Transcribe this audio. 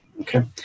Okay